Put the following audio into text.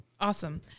awesome